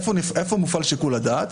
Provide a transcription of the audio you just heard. איפה מופעל שיקול הדעת?